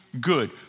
good